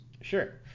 Sure